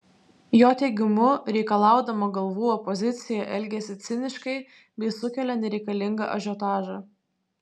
jo teigimu reikalaudama galvų opozicija elgiasi ciniškai bei sukelia nereikalingą ažiotažą